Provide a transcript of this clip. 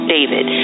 David